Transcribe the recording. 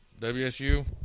wsu